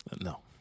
No